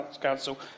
Council